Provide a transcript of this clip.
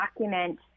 document